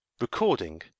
Recording